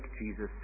Jesus